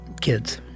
kids